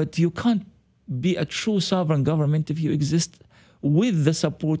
but you can't be a true sovereign government if you exist with the support